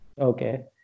Okay